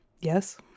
Yes